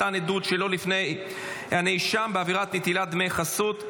מתן עדות שלא בפני הנאשם בעבירת נטילת דמי חסות),